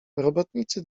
robotnicy